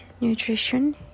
nutrition